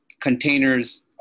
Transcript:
containers